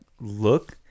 look